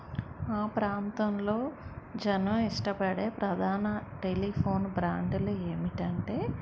మా ప్రాంతంలో జనం ఇష్టపడే ప్రధాన టెలిఫోన్ బ్రాండులు ఏంటంటే